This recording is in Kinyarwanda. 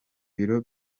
biro